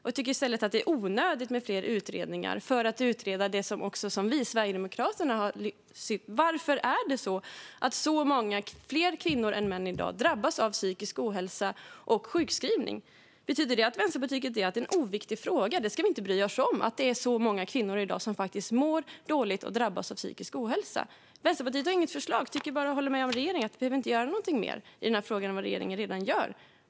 De tycker i stället att det är onödigt med fler utredningar för att utreda det som vi, Sverigedemokraterna, har lyft upp: Varför är det i dag så många fler kvinnor än män som drabbas av psykisk ohälsa och blir sjukskrivna? Betyder det att Vänsterpartiet tycker att det är en oviktig fråga? Ska vi inte bry oss om att många kvinnor i dag mår dåligt och drabbas av psykisk ohälsa? Vänsterpartiet har inget förslag. De håller bara med regeringen om att det inte behöver göras något mer i den frågan än det regeringen redan gör.